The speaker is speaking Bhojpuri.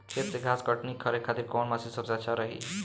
खेत से घास कटनी करे खातिर कौन मशीन सबसे अच्छा रही?